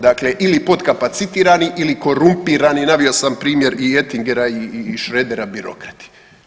Dakle, ili potkapacitirani ili korumpirani, naveo sam primjer i Etingera i Schrodera birokrate.